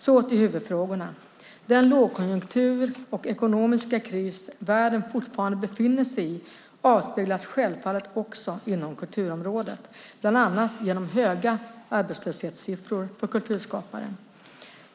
Så till huvudfrågorna. Den lågkonjunktur och ekonomiska kris världen fortfarande befinner sig i avspeglas självfallet också inom kulturområdet, bland annat genom höga arbetslöshetssiffror för kulturskapare.